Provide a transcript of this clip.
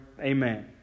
Amen